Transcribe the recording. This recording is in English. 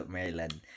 Maryland